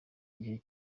gihe